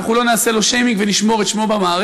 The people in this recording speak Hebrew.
אנחנו לא נעשה לו שיימינג ונשמור את שמו במערכת.